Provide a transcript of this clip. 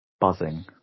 buzzing